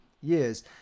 years